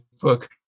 book